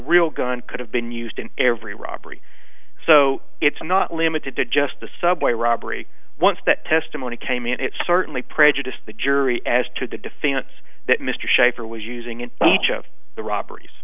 real gun could have been used in every robbery so it's not limited to just the subway robbery once that testimony came in it certainly prejudiced the jury as to the defense that mr shafer was using in each of the robberies